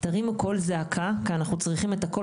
תרימו קול זעקה כי אנחנו צריכים את הקול